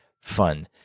fun